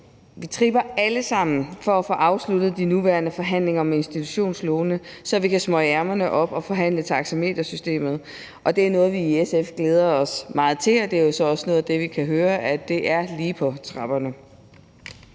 Vi tripper alle sammen for at få afsluttet de nuværende forhandlinger om institutionslovene, så vi kan smøge ærmerne op og forhandle taxametersystemet, og det er noget, vi i SF glæder os meget til, og det er jo så også noget, vi kan høre er lige på trapperne.